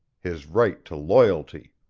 his right to loyalty.